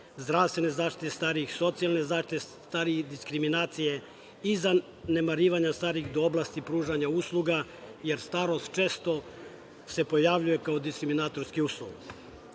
zdravstvene zaštite starijih, socijalne zaštite starijih, diskriminacije i zanemarivanja starih, do oblasti pružanja usluga jer starost često se pojavljuje kao diskriminatorski uslov. Godine